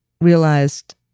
realized